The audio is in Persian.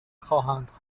خواهند